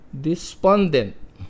despondent